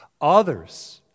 Others